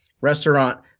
restaurant